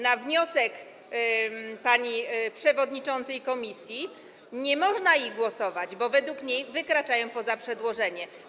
Na wniosek pani przewodniczącej komisji nie można ich przegłosować, bo według niej wykraczają one poza przedłożenie.